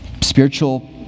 Spiritual